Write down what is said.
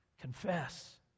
Confess